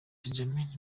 benjamin